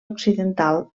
occidental